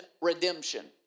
redemption